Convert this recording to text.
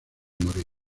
morir